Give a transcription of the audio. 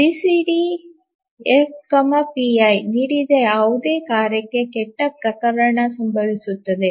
GCD F ಪೈGCDF pi ನೀಡಿದ ಯಾವುದೇ ಕಾರ್ಯಕ್ಕೆ ಕೆಟ್ಟ ಪ್ರಕರಣ ಸಂಭವಿಸುತ್ತದೆ